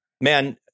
man